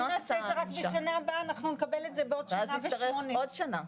אם נעשה את זה רק בשנה הבאה אנחנו נקבל את זה בעוד שנה ושמונה חודשים.